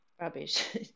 rubbish